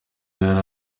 yari